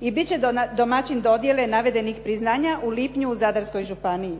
i bit će domaćin dodjele navedenih priznanja u lipnju u Zadarskoj županiji.